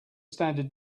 standard